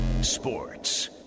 Sports